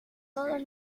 todos